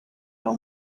abo